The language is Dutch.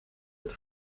het